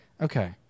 Okay